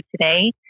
today